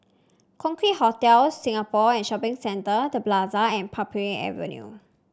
Concorde Hotel Singapore and Shopping Centre The Plaza and Parbury Avenue